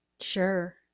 Sure